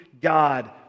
God